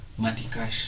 Matikash